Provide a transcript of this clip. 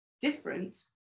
different